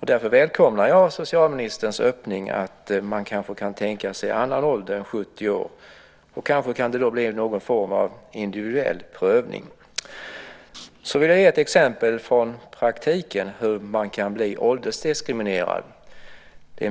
Därför välkomnar jag socialministerns öppning att man kanske kan tänka sig en annan pensionsålder än 70 år, och kanske kan det då bli någon form av individuell prövning. Jag vill ge ett praktiskt exempel på hur man kan bli åldersdiskriminerad.